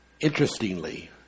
interestingly